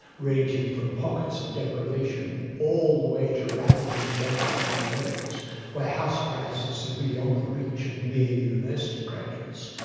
ranging from pockets of deprivation all the way to rapidly gentrifying areas where house prices are beyond the reach of mere university graduates.